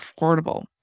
affordable